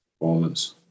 performance